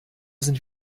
sind